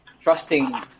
trusting